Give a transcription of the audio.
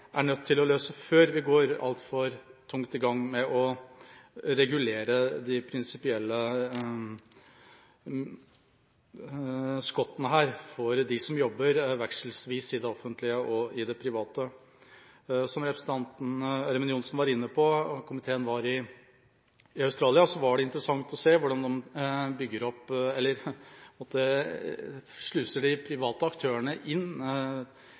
er nødt til å løse før vi går altfor tungt i gang med å regulere de prinsipielle skottene her for dem som jobber vekselvis i det offentlige og det private. Som representanten Ørmen Johnsen var inne på: Da komiteen var i Australia, var det interessant å se hvordan de sluser de private aktørene inn i nabolaget til de offentlige aktørene